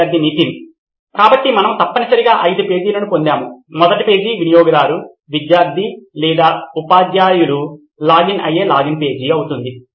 విద్యార్థి నితిన్ కాబట్టి మనము తప్పనిసరిగా ఐదు పేజీలను రూపొందించాము మొదటి పేజీ వినియోగదారు విద్యార్థి లేదా ఉపాధ్యాయులు లాగిన్ అయ్యే లాగిన్ పేజీ అవుతుంది